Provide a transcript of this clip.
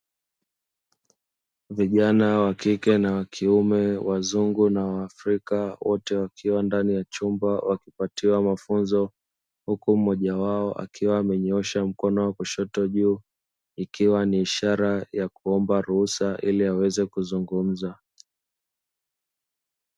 Vijana wakike na wakiume wazungu na wa Africa wote wakiwa ndani ya chumba wakipatiwa mafunzo, huku mmoja wao akiwa amenyoosha mkono wa kushoto juu, ikiwa ni ishara ya kuomba ruhusa ili aweze kuzungumza.